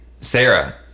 sarah